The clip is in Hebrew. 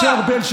משה ארבל,